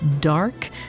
dark